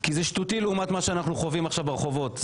כי זה שטותי לעומת מה שאנחנו חווים עכשיו ברחובות.